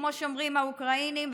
כמו שאומרים האוקראינים,